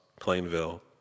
Plainville